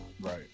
Right